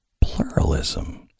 pluralism